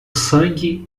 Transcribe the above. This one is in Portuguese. sangue